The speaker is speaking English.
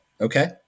Okay